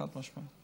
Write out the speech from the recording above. חד-משמעית.